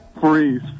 Freeze